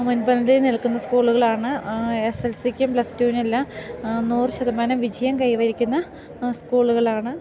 മുൻപന്തിയിൽ നിൽക്കുന്ന സ്കൂളുകളാണ് എസ് എൽ സിക്കും പ്ലസ് ടൂനെല്ലാം നൂറ് ശതമാനം വിജയം കൈവരിക്കുന്ന സ്കൂളുകളാണ്